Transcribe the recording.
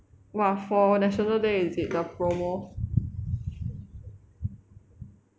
!wah! for national day is it the promo